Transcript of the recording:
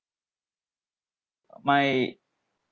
my